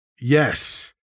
yes